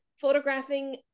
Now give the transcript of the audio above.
photographing